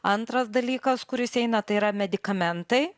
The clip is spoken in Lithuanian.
antras dalykas kuris eina tai yra medikamentai